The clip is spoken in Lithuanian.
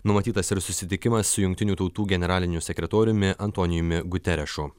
numatytas ir susitikimas su jungtinių tautų generaliniu sekretoriumi antonijumi guterešu